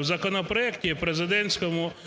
в законопроекті президентському і говорила